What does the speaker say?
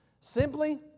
Simply